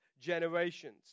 generations